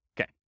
Okay